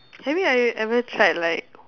have you e~ ever tried like